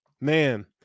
man